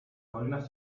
colinas